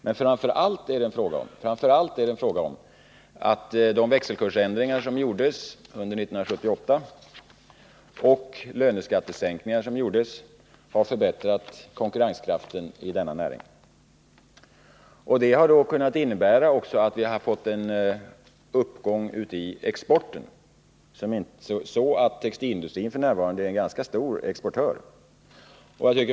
Men framför allt är det en fråga om att de växelkursändringar som gjordes under 1978 och löneskattesänkningar har förbättrat konkurrenskraften i denna näring. Detta har kunnat innebära att vi har fått en uppgång i exporten, så att textilindustrin f. n. är en ganska stor exportör.